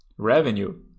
Revenue